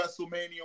WrestleMania